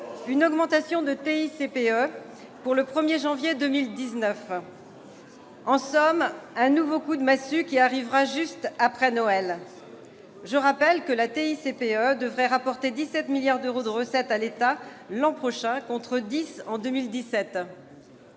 énergétiques, la TICPE, pour le 1 janvier 2019. En somme, un nouveau coup de massue qui arrivera juste après Noël ! Je rappelle que la TICPE devrait rapporter 17 milliards d'euros de recettes à l'État l'an prochain, contre 10